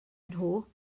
nhw